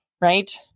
right